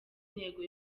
intego